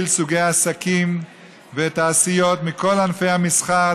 סוגי עסקים ותעשיות מכל ענפי המסחר,